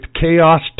chaos